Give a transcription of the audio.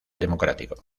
democrático